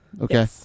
Okay